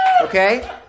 Okay